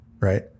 Right